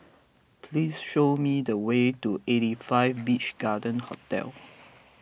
please show me the way to eighty five Beach Garden Hotel